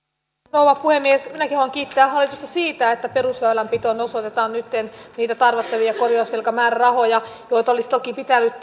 rouva puhemies minäkin haluan kiittää hallitusta siitä että perusväylänpitoon osoitetaan nytten niitä tarvittavia korjausvelkamäärärahoja mikä olisi toki pitänyt